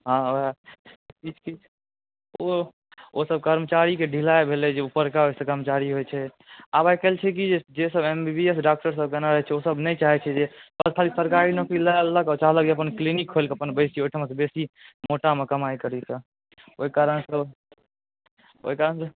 हँ किछु किछु ओ ओसब कर्मचारीके ढिलाइ भेलै जे ऊपरका कर्मचारी होइत छै आब आइ काल्हि छै कि जे सब M B B S doctor सब बनैत छै ओसब नहि चाहैत छै जे खाली सरकारी नौकरी लगा लेलकै आ चाहलक जे अपन क्लीनिक खोलि के अपन बैसी बेसी मोटामे कमाइ करी तऽ ओहि कारणसँ ओहि कारणसँ